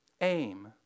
aim